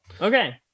Okay